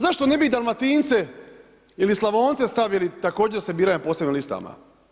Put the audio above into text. Zašto ne bi Dalmatince ili Slavonce stavili također da se biraju na posebnim listama?